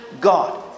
God